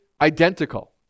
identical